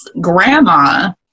grandma